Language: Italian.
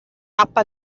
tappa